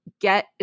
get